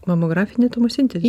mamografinė tomosintezė